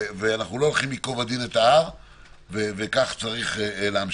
אנחנו לא הולכים עם ייקוב הדין את ההר וכך צריך להמשיך.